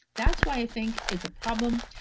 that's why i think it's a problem.